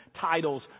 titles